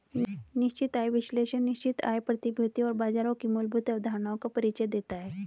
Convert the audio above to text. निश्चित आय विश्लेषण निश्चित आय प्रतिभूतियों और बाजारों की मूलभूत अवधारणाओं का परिचय देता है